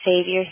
Savior